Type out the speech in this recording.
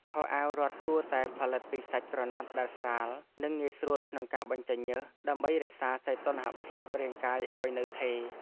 ខោអាវរត់គួរតែផលិតពីសាច់ក្រណាត់ដែលស្រាល និងងាយស្រួលក្នុងការបញ្ចេញញើស ដើម្បីរក្សាសីតុណ្ហភាពរាងកាយឱ្យនៅថេរ។